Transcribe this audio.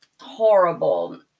horrible